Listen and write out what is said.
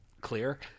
clear